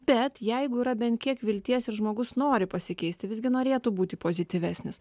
bet jeigu yra bent tiek vilties ir žmogus nori pasikeisti visgi norėtų būti pozityvesnis